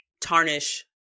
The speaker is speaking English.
tarnish